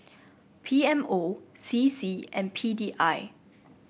P M O C C and P D I